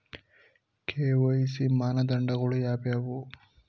KYC ಮಾನದಂಡಗಳು ಯಾವುವು?